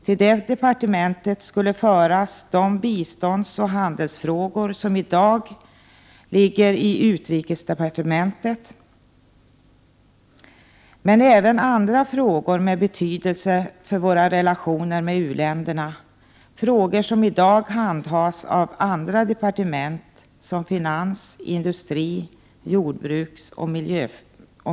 Till det departementet skulle föras de biståndsoch handelsfrågor som i dag handläggs i utrikesdepartementet, men även andra frågor med betydelse för våra relationer med u-länderna, frågor som i dag handhas av andra departement, t.ex. finans-, industri-, jordbruksoch miljöfrågor.